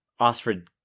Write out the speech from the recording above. Osford